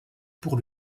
pour